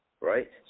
right